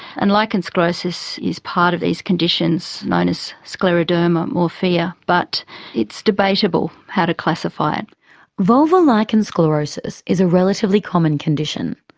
and lichen sclerosus is a part of these conditions known as scleroderma morphea, but it's debatable how to classify it. vulvar lichen sclerosus is a relatively common condition.